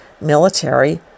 military